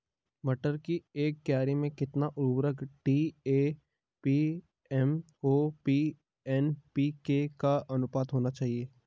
मटर की एक क्यारी में कितना उर्वरक डी.ए.पी एम.ओ.पी एन.पी.के का अनुपात होना चाहिए?